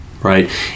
right